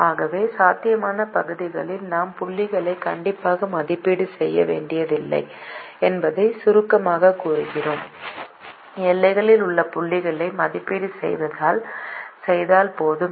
ஆகவே சாத்தியமான பகுதிக்குள் நான் புள்ளிகளை கண்டிப்பாக மதிப்பீடு செய்ய வேண்டியதில்லை என்பதை சுருக்கமாகக் கூறுகிறோம் எல்லைகளில் உள்ள புள்ளிகளை மதிப்பீடு செய்தால் போதும்